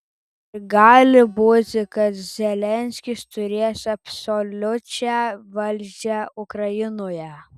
ir gali būti kad zelenskis turės absoliučią valdžią ukrainoje